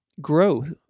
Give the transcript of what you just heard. Growth